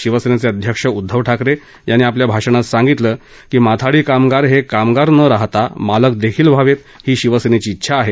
शिवसेना अध्यक्ष उद्वव ठाकरे यांनी आपल्या भाषणात सांगितलं की माथाडी कामगार हे कामगार न राहता मालक देखील व्हावेत ही शिवसेनेची उंछा आहे